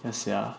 yeah sia